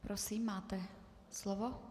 Prosím, máte slovo.